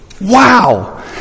wow